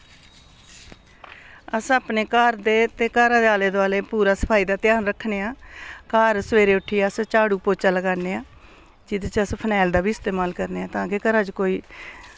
अस अपने घर दे ते घरा दे आले दुआले पूरा सफाई दा ध्यान रक्खने आं घर सवेरे उट्ठियै अस झाड़ू पोचा लगाने आं जेह्दे च अस फनैल दा बी इस्तमाल करने आं तां कि घरा च कोई